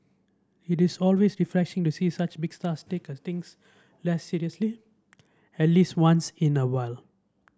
it is always refreshing to see such big stars take a things less seriously at least once in a while